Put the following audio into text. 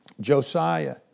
Josiah